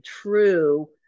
true